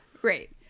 Great